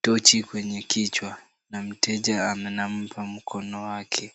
tochi kwenye kichwa na mteja anampa mkono wake.